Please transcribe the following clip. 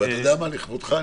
ואתה יודע מה, לכבודך,